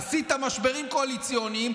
עשית משברים קואליציוניים,